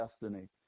destiny